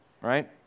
right